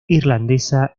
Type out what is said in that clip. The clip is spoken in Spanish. irlandesa